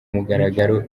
mugaragaro